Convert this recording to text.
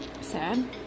sad